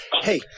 Hey